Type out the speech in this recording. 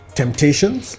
temptations